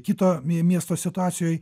kito mie miesto situacijoj